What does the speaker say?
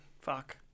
Fuck